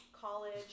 college